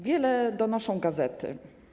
Wiele donoszą gazety.